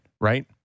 right